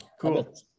cool